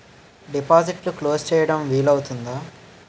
డిపాజిట్లు క్లోజ్ చేయడం వీలు అవుతుందా?